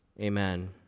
Amen